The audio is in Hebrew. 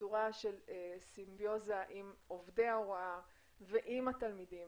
בצורה של סימביוזה עם עובדי ההוראה ועם התלמידים.